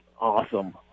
awesome